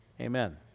Amen